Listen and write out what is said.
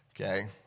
okay